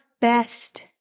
best